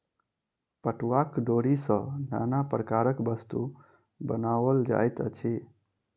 पटुआक डोरी सॅ नाना प्रकारक वस्तु बनाओल जाइत अछि